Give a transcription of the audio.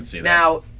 Now